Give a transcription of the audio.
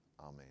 amen